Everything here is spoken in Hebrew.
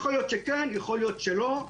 ייתכן שכן, ייתכן שלא.